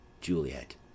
Juliet